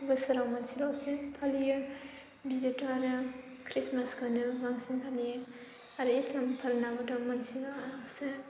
बोसोराव मोनसेल'सो फालियो बिसोरथ' आरो खृष्टमासखौनो बांसिन फालियो आरो इस्लामफोरनाबोथ' मोनसेल'सो